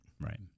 Right